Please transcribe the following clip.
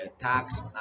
tax